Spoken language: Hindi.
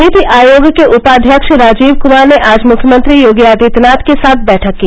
नीति आयोग के उपाध्यक्ष राजीव कुमार ने आज मुख्यमंत्री योगी आदित्यनाथ के साथ बैठक की